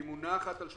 היא מונחת.